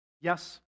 Yes